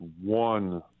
one